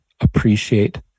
appreciate